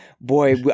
Boy